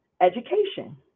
education